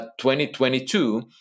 2022